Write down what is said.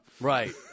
Right